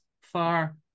far